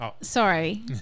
sorry